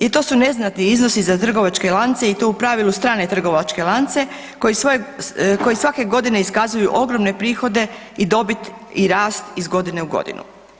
I to su neznatni iznosi za trgovačke lance i to u pravilu strane trgovačke lance koji svake godine iskazuju ogromne prihode i dobit i rast iz godine u godinu.